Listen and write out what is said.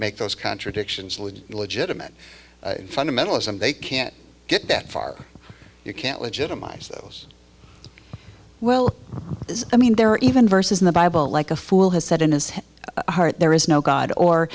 make those contradictions really legitimate fundamentalism they can't get that far you can't legitimize those well i mean there are even verses in the bible like a fool has said in his heart there is no god or